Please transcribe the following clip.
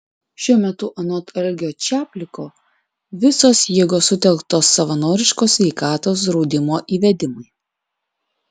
šiuo metu anot algio čapliko visos jėgos sutelktos savanoriško sveikatos draudimo įvedimui